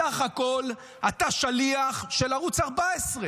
בסך הכול, אתה שליח של ערוץ 14,